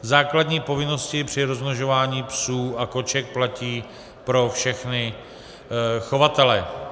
Základní povinnosti při rozmnožování psů a koček platí pro všechny chovatele.